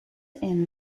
and